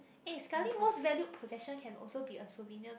eh sekali most valued possession can also be a souvenir